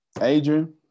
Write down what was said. Adrian